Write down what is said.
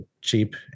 cheap